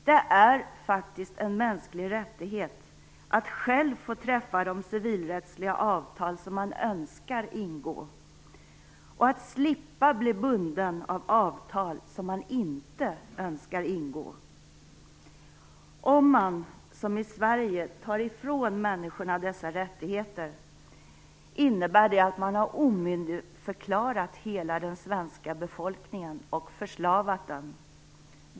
Det är faktiskt en mänsklig rättighet att själv få träffa de civilrättsliga avtal som man önskar ingå och att slippa bli bunden av avtal som man inte önskar ingå. Om man - som i Sverige - tar ifrån människorna dessa rättigheter innebär det att man har omyndigförklarat hela den svenska befolkningen och förslavat den.